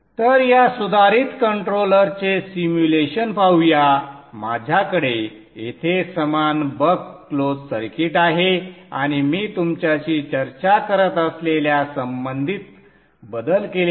तर या सुधारित कंट्रोलरचे सिम्युलेशन पाहू या माझ्याकडे येथे समान बक क्लोज सर्किट आहे आणि मी तुमच्याशी चर्चा करत असलेल्या संबंधित बदल केले आहेत